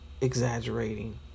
exaggerating